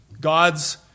God's